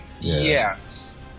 Yes